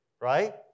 right